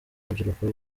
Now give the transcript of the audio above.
urubyiruko